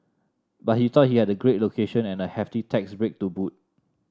but he thought he had a great location and a hefty tax break to boot